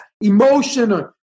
emotional